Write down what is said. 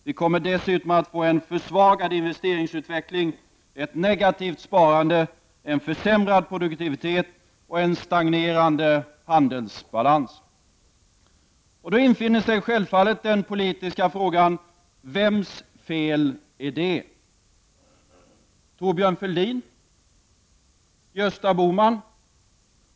Vi kommer dessutom att få en försvagad investeringsutveckling, negativt sparande, försämrad produktivitet och en stagnerande handelsbalans.” Då infinner sig självfallet den politiska frågan: Vems fel är detta? Thorbjörn Fälldins? Gösta Bohmans?